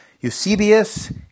Eusebius